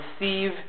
receive